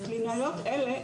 קלינאיות אלה,